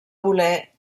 voler